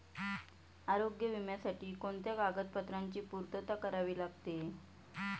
आरोग्य विम्यासाठी कोणत्या कागदपत्रांची पूर्तता करावी लागते?